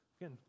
Again